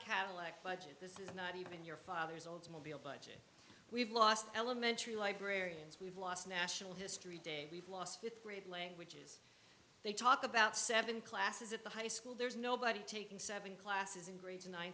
cadillac budget this is not even your father's oldsmobile budget we've lost elementary like rare games we've lost national history de blas fifth grade languages they talk about seven classes at the high school there's nobody taking seven classes in grades